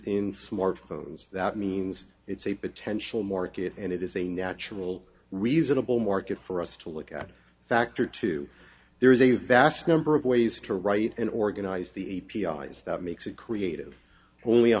in smartphones that means it's a potential market and it is a natural reasonable market for us to look at factor two there is a vast number of ways to write and organize the a p i is that makes it creative only